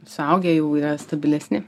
suaugę jau yra stabilesni